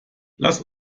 lass